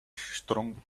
strong